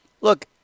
look